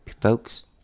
folks